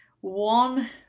one